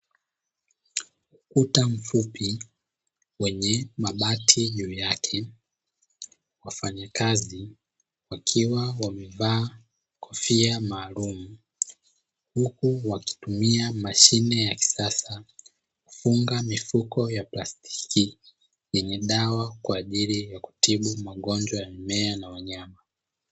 Ukuta mfupi wenye mabati juu yake, wafanyakazi wakiwa wamevaa kofia maalumu, huku wakitumia mashine ya kisasa kufunga mifuko ya plastiki yenye dawa kwa ajili ya kutibu magonjwa ya mimea na wanyama.